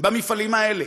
במפעלים האלה.